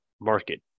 market